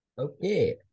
Okay